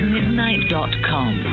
Midnight.com